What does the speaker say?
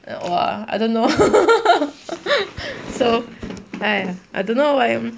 !wah! I don't know so !aiya! I don't know I am